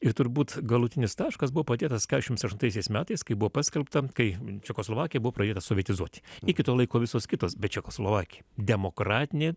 ir turbūt galutinis taškas buvo padėtas keturiasdešimt aštuntaisiais metais kai buvo paskelbta kai čekoslovakija buvo pradeda sovietizuoti iki to laiko visos kitos bet čekoslovakija demokratinė